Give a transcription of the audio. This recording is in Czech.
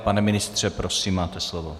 Pane ministře, prosím máte slovo.